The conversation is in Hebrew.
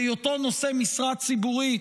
בהיותו נושא משרה ציבורית,